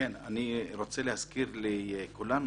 אני רוצה להזכיר לכולנו,